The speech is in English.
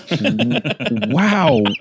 Wow